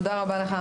תודה רבה לך,